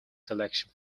selection